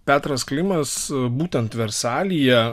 petras klimas būtent versalyje